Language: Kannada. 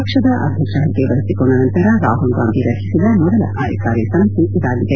ಪಕ್ಷದ ಅಧ್ಯಕ್ಷ ಮದ್ದೆ ವಹಿಸಿಕೊಂಡ ನಂತರ ರಾಮಲ್ ಗಾಂಧಿ ರಚಿಸಿದ ಮೊದಲ ಕಾರ್ಯಕಾರಿ ಸಮಿತಿ ಇದಾಗಿದೆ